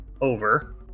over